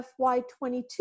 FY22